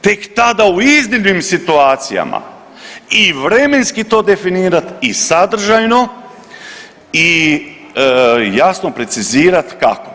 Tek tada u iznimnim situacijama i vremenski to definirati i sadržajno i jasno precizirati kako.